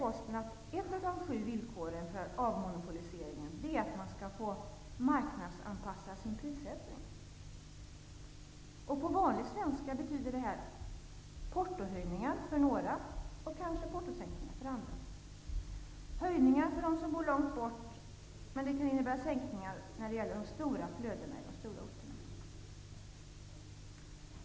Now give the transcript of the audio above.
Posten säger att ett av de sju villkoren för avmonopolisering är att man skall få marknadsanpassa sin prissättning. På vanlig svenska betyder det portohöjningar för några och kanske sänkningar för andra -- höjningar för dem som bor långt borta och sänkningar för de stora flödena i de stora orterna.